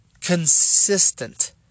consistent